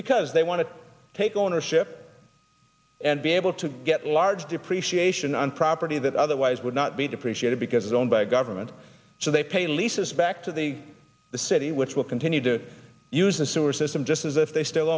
because they want to take ownership and be able to get large depreciation on property that otherwise would not be depreciated because it's owned by a government so they pay leases back to the the say d which will continue to use the sewer system just as if they still